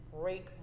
break